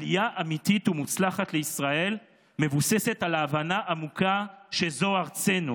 עלייה אמיתית ומוצלחת לישראל מבוססת על ההבנה העמוקה שזו ארצנו